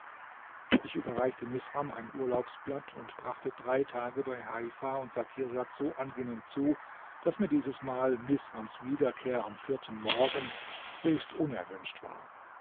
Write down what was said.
ich überreichte misram ein urlaubsblatt und brachte drei tage bei heifa und sakirsad so angenehm zu daß mir dieses mal misrams wiederkehr am vierten morgen höchst unerwünscht war